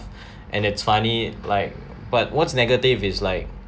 and it's funny like but what's negative is like